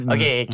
Okay